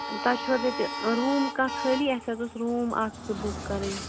تۄہہِ چھُو حظ ییٚتہِ روٗم کانٛہہ خٲلی اسہِ ٲسۍ روٗم اَکھ زٕ بُک کَرٕنۍ